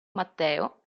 matteo